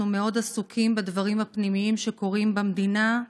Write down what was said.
אנחנו מאוד עסוקים בדברים הפנימיים שקורים במדינה,